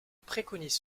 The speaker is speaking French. préconise